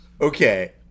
Okay